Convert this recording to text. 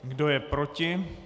Kdo je proti?